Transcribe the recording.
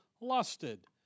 lusted